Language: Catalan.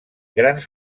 grans